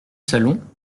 salon